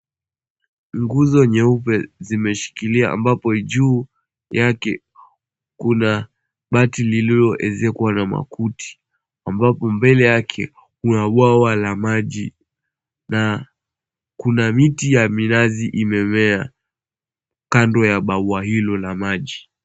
Nguzo nyeupe zimeshikilia ambapo juu yake kuna bati lililoezekwa na makuti ambapo mbele yake kuna bwawa la maji na kuna miti ya minazi imemea kando ya bwawa hilo la maji.